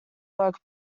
work